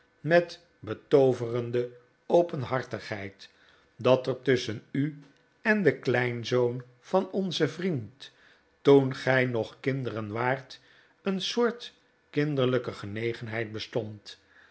met betooverende openhartigheid dat er tusschen u en den kleinzoon van onzen vriend toen gij nog kinderen waart een soort kinderlijke genegenheid bestond